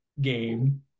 game